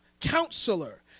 Counselor